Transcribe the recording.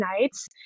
nights